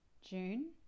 June